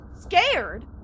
Scared